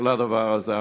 הדבר הזה,